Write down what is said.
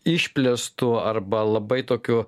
išplėstu arba labai tokiu